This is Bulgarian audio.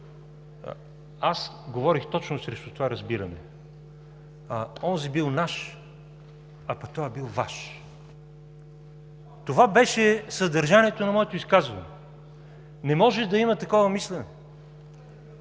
аз говорих точно срещу това разбиране. Онзи бил „наш“, а пък този бил „Ваш“! Това беше съдържанието на моето изказване. Не може да има такова мислене!